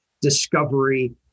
discovery